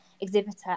exhibitor